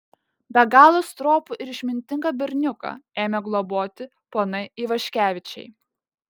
be galo stropų ir išmintingą berniuką ėmė globoti ponai ivaškevičiai